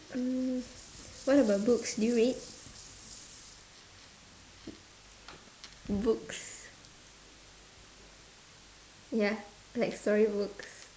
um what about books do you read books ya like storybooks